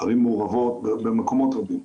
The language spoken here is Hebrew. בערים מעורבות, במקומות רבים.